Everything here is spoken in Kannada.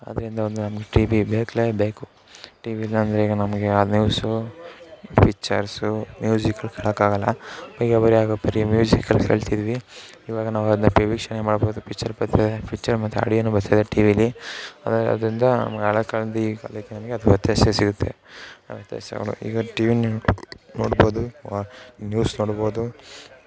ಆದ್ದರಿಂದ ಒಂದು ನಮ್ಗೆ ಟಿವಿ ಬೇಕೇ ಬೇಕು ಟಿವಿ ಇಲ್ಲ ಅಂದ್ರೆ ಈಗ ನಮಗೆ ಆ ನ್ಯೂಸು ಪಿಚ್ಚರ್ಸು ಮ್ಯೂಸಿಕು ಕೆಳೋಕ್ಕಾಗಲ್ಲ ಈಗ ಬರೀ ಆಗ ಪ್ರೀ ಮ್ಯೂಸಿಕಲ್ ಕಲಿತಿದ್ವಿ ಇವಾಗ ನಾವು ಅದನ್ನ ವೀಕ್ಷಣೆ ಮಾಡ್ಬೋದು ಪಿಚ್ಚರ್ ಬರ್ತದೆ ಪಿಚ್ಚರ್ ಮತ್ತೆ ಆಡಿಯೋನು ಬರ್ತದೆ ಟಿವಿಲಿ ಅದರಿಂದ ನಮ್ಗೆ ಹಳೆ ಕಾಲದ ಈ ಕಾಲಕ್ಕೆ ನಮಗೆ ಅದು ವ್ಯತ್ಯಾಸ ಸಿಗುತ್ತೆ ಆ ವ್ಯತ್ಯಾಸಗಳು ಈಗ ಟಿವಿ ನೈನ್ ನೋಡ್ಬೋದು ನ್ಯೂಸ್ ನೋಡ್ಬೋದು